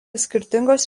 skirtingos